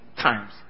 times